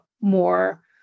more